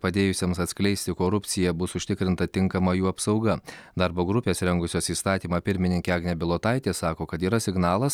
padėjusiems atskleisti korupciją bus užtikrinta tinkama jų apsauga darbo grupės rengusios įstatymą pirmininkė agnė bilotaitė sako kad yra signalas